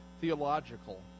theological